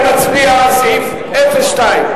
אני מצביע על סעיף 02,